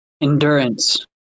endurance